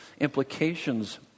implications